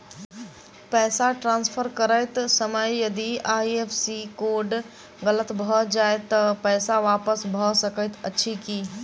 पैसा ट्रान्सफर करैत समय यदि आई.एफ.एस.सी कोड गलत भऽ जाय तऽ पैसा वापस भऽ सकैत अछि की?